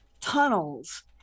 tunnels